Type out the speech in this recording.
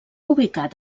ubicat